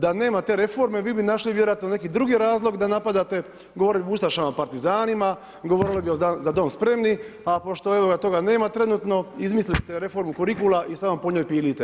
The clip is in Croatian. Da nema te reforme, vi bi našli vjerojatno neki drugi razlog da napadate, govorit o ustašama, partizanima, govorili bi za dom spremni, a pošto evo toga nema trenutno, izmislili ste reformu kurikula i samo po njoj pilite.